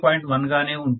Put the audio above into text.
1 గా ఉంటుంది